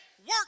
Work